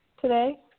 today